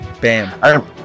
Bam